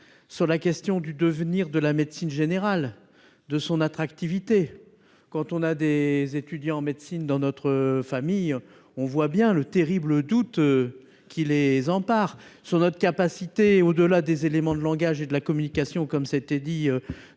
sur la question du devenir de la médecine générale de son attractivité. Quand on a des étudiants en médecine dans notre famille, on voit bien le terrible doute. Qui les empare sur notre capacité au-delà des éléments de langage et de la communication comme ça a été dit